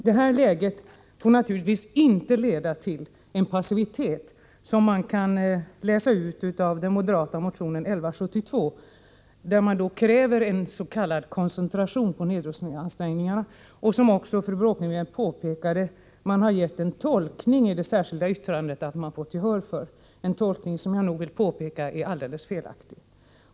Detta läge får naturligtvis inte leda till en sådan passivitet som man kan läsa ut av den moderata motionen 1172, där man kräver en s.k. koncentration på nedrustningsansträngningarna och som man — det påpekade fru Bråkenhielm —-i det särskilda yttrandet påstår att man fått gehör för, en tolkning som jag vill påpeka är helt felaktig.